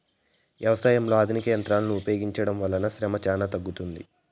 వ్యవసాయంలో ఆధునిక యంత్రాలను ఉపయోగించడం వల్ల శ్రమ చానా తగ్గుతుంది